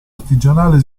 artigianale